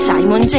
Simon